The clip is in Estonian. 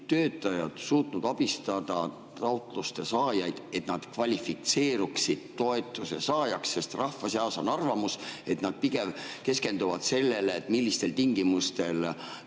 töötajad suutnud abistada taotluste saatjaid, et nad kvalifitseeruksid toetuse saajaks, sest rahva seas on arvamus, et nad keskenduvad pigem sellele, millistel tingimustel